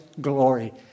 glory